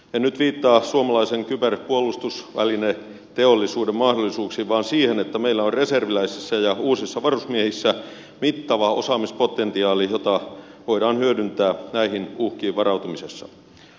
en nyt viittaa suomalaisen kyberpuolustusvälineteollisuuden mahdollisuuksiin vaan siihen että meillä on reserviläisissä ja uusissa varusmiehissä mittava osaamispotentiaali jota voidaan hyödyntää näihin uhkiin varautumisessa